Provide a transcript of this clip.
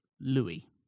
Louis